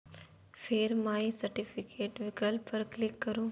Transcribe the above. फेर my certificate विकल्प पर क्लिक करू